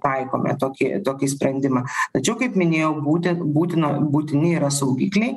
taikome tokį tokį sprendimą tačiau kaip minėjau būte būtino būtini yra saugikliai